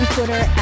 Twitter